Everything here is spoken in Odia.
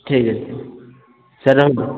ଠିକ୍ ଅଛି ସାର୍ ରହିଲି